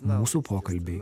mūsų pokalbiai